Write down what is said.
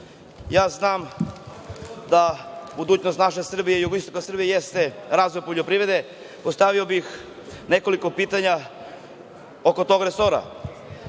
ja znam da budućnost naše Srbije i jugoistoka Srbije jeste razvoj poljoprivrede, postavio bih nekoliko pitanja oko tog resora. Prvo